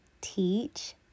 teach